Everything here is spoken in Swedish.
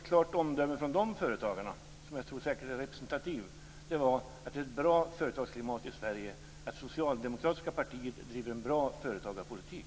Ett klart omdöme från de företagarna, som jag tror är representativt, var att det är ett bra företagsklimat i Sverige och att socialdemokratiska partiet driver en bra företagarpolitik.